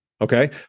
Okay